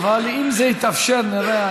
אבל אם זה יתאפשר, נראה.